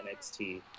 NXT